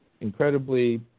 incredibly